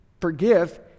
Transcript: forgive